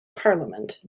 parliament